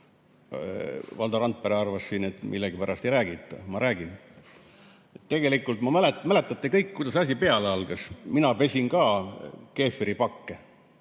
Valdo Randpere arvas siin, et millegipärast ei räägita, aga ma räägin. Tegelikult mäletate kõik, kuidas asi peale algas. Mina pesin ka keefiripakke,